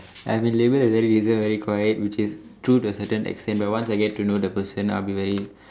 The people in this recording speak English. I've been labelled as very reserved very quiet which is true to a certain extent but once I get to know the person I'll be very